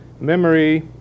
memory